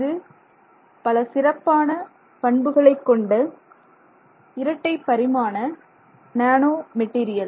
இது பல சிறப்பான பண்புகளைக் கொண்ட இரட்டை பரிமாண நேனோ மெட்டீரியல்